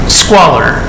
squalor